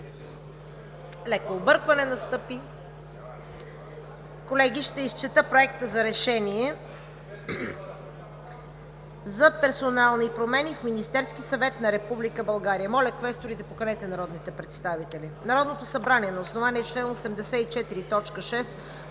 леко объркване настъпи. Колеги, ще изчета Проекта за решение за персонални промени в Министерския съвет на Република България. Моля, квесторите поканете народните представители. „Проект! РЕШЕНИЕ за персонални промени